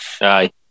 Aye